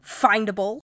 findable